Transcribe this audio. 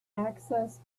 access